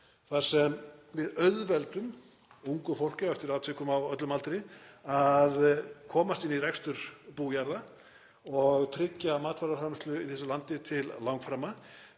þar sem við auðveldum ungu fólki og eftir atvikum á öllum aldri að komast inn í rekstur bújarða og tryggja matvælaframleiðslu í þessu landi til langframa.